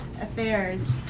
Affairs